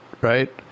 right